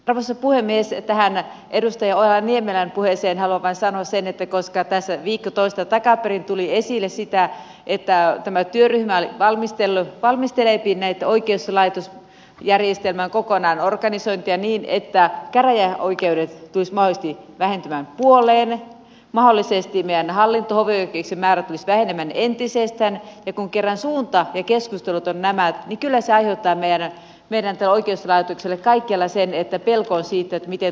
tähän edustaja ojala niemelän puheeseen haluan vain sanoa sen että koska tässä viikko toista takaperin tuli esille että tämä työryhmä valmisteleepi oikeuslaitosjärjestelmän kokonaan organisointia niin että käräjäoikeudet tulisivat mahdollisesti vähentymään puoleen mahdollisesti meidän hallinto ja hovioikeuksien määrä tulisi vähenemään entisestään ja kun kerran suunta ja keskustelut ovat nämä niin kyllä se aiheuttaa meidän oikeuslaitokselle kaikkialla sen että pelko on siitä miten tulee käymään